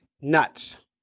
nuts